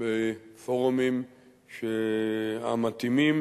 בפורומים המתאימים,